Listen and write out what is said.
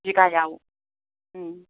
बिगायाव उम